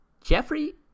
Jeffrey